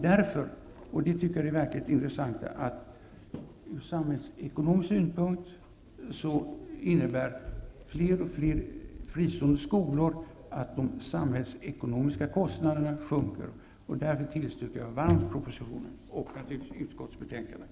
Därför, och det är det verkligt intressanta, innebär fler fristående skolor att de samhällsekonomiska kostnaderna sjunker. Jag tillstyrker därför varmt propositionen och naturligtvis utskottets hemställan.